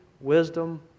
wisdom